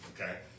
okay